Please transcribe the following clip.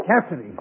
Cassidy